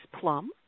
plum